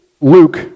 Luke